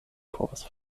povas